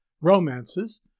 romances